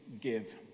give